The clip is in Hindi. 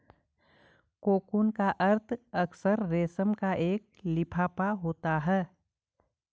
कोकून का अर्थ अक्सर रेशम का एक लिफाफा होता है